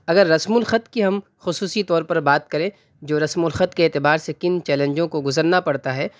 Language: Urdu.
اگر رسم الخط کی ہم خصوصی طور پر بات کریں جو رسم الخط کے اعتبار سے کن چیلنجوں کو گزرنا پڑتا ہے